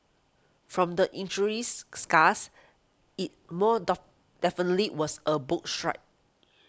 from the injuries scars it more doff definitely was a boat strike